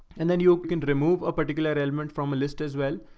and then you can remove a particular element from a list as well.